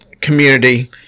community